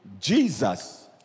Jesus